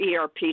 ERP